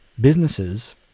businesses